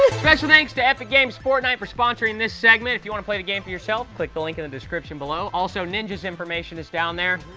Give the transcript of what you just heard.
special thanks to epic games' fortnite for sponsoring this segment. if you want to play the game for yourself, click the link in the description. below, also, ninja's information is down there.